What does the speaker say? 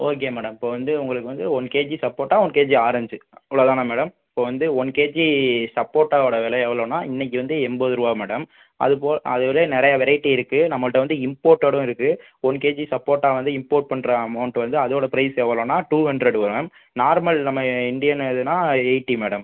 okay madam இப்போ வந்து உங்களுக்கு வந்து ஒன் கேஜி சப்போட்டா ஒன் கேஜி ஆரஞ்சு அவ்வளோதான மேடம் இப்போ வந்து ஒன் கேஜி சப்போட்டாவோடய வெலை எவ்வளோனா இன்றைக்கு வந்து எண்பதுரூபா மேடம் அதுபோக அதில் நிறையா வெரைட்டி இருக்குது நம்மள்கிட்ட வந்து இம்போர்ட்டடும் இருக்குது ஒன் கேஜி சப்போட்டா வந்து இம்போர்ட் பண்ற அமௌண்ட் வந்து அதோடய ப்ரைஸ் எவ்வளோனா டூ ஹண்ட்ரட் மேம் நார்மல் நம்ம இண்டியன் இதுனால் எய்ட்டி மேடம்